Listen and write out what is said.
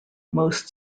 most